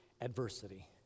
adversity